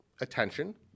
attention